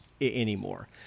anymore